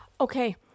Okay